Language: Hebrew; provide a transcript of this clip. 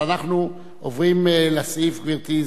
נעבור להצעות לסדר-היום בנושא: